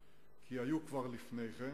והן היו כבר לפני כן.